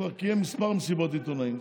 הוא כבר קיים כמה מסיבות עיתונאים.